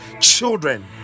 children